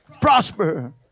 prosper